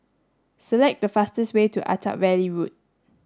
select the fastest way to Attap Valley Road